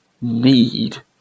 need